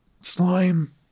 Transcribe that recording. slime